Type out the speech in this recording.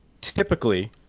typically